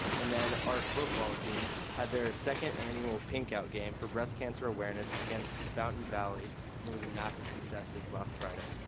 and then our football team had their second annual pink out game for breast cancer awareness against fountain valley and was a massive success this last friday.